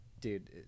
dude